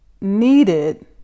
needed